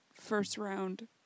first-round